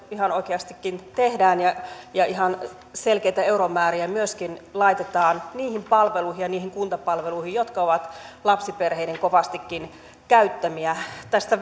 ihan oikeastikin tehdään ihan selkeitä euromääriä laitetaan niihin palveluihin ja niihin kuntapalveluihin jotka ovat lapsiperheiden kovastikin käyttämiä tästä